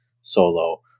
solo